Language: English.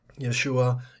yeshua